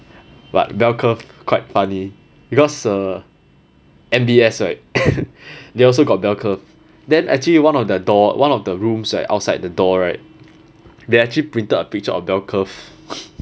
but bell curve quite funny because uh M_B_S right they also got bell curve then actually one of the door one of the rooms right outside the door right they actually printed a picture of bell curve